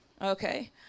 okay